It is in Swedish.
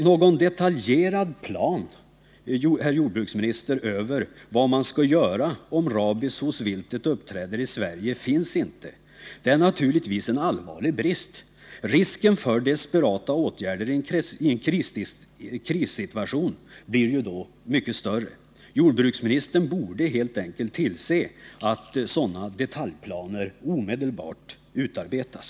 Någon detaljerad plan över vad man skall göra om rabies hos viltet uppträder i Sverige finns inte. Det är naturligtvis en allvarlig brist. Risken för desperata åtgärder i en krissituation blir då större. Jordbruksministern borde helt enkelt tillse att sådana detaljplaner omedelbart utarbetas.